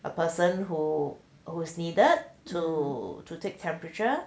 a person who was needed to to take temperature